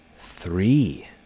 three